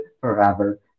forever